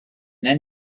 then